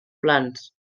plans